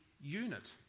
unit